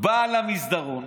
באה למסדרון,